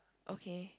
okay